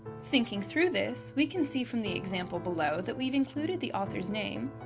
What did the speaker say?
thinking through this, we can see from the example below that we've included the author's name,